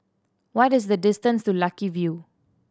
what is the distance to Lucky View